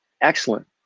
excellent